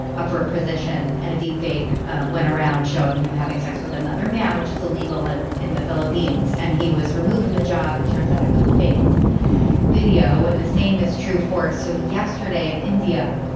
up for a position. and a deep fake went around showing him having sex with another man, which is illegal and in the philippines. and he was removed from the job. it turns out it was a faked video. and the same is true for so yesterday in india.